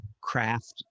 craft